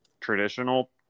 traditional